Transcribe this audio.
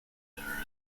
their